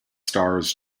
stars